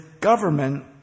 government